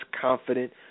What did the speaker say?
confident